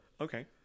okay